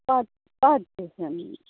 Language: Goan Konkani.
पांच पांच दिसांनी